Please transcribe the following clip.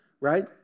right